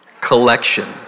collection